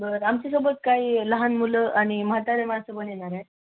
बरं आमच्यासोबत काही लहान मुलं आणि म्हातारे माणसं पण येणार आहेत